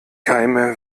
keime